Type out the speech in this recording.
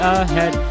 ahead